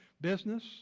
business